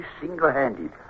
single-handed